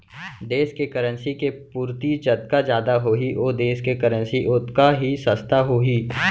देस के करेंसी के पूरति जतका जादा होही ओ देस के करेंसी ओतका ही सस्ता होही